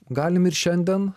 galim ir šiandien